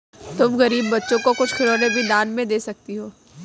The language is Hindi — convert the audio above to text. तुम गरीब बच्चों को कुछ खिलौने भी दान में दे सकती हो